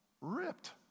ripped